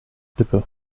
lippe